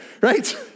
right